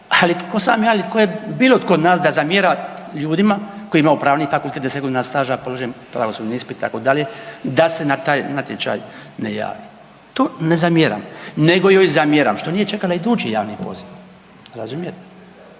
ali tko sam ja ili tko je bilo tko od nas tko zamjera ljudima koji imaju pravni fakultet, 10 godina staža, položen pravosudni ispit itd., da se na taj natječaj ne jave. To ne zamjeram, nego joj zamjeram što nije čekala idući javni poziv razumijete,